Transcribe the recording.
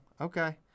okay